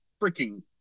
freaking